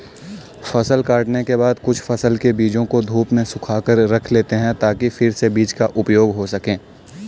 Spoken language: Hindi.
फसल काटने के बाद कुछ फसल के बीजों को धूप में सुखाकर रख लेते हैं ताकि फिर से बीज का उपयोग हो सकें